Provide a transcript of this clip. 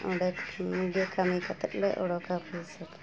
ᱚᱸᱰᱮ ᱠᱷᱚᱱᱜᱮ ᱠᱟᱹᱢᱤ ᱠᱟᱛᱮᱫ ᱞᱮ ᱚᱰᱚᱠᱟ ᱯᱚᱭᱥᱟ ᱠᱚ